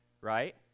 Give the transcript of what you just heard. right